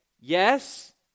Yes